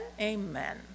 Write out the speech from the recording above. amen